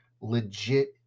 legit